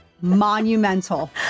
Monumental